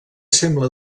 sembla